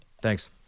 thanks